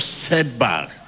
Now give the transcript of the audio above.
setback